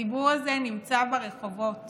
הציבור הזה נמצא ברחובות